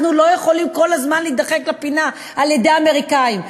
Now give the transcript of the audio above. אנחנו לא יכולים כל הזמן להידחק לפינה על-ידי האמריקנים.